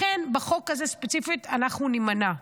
לכן בחוק הזה ספציפית אנחנו נימנע.